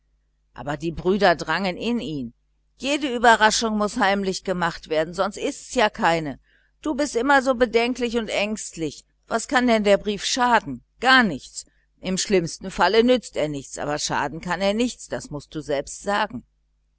aber die brüder drangen in ihn jede überraschung muß heimlich gemacht werden sonst ist's ja keine du bist immer so bedenklich und ängstlich was kann denn der brief schaden gar nichts im schlimmsten fall nützt er nichts aber schaden kann er nichts das mußt du selbst sagen